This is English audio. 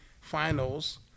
Finals